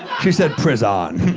she said, pris-on.